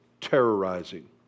terrorizing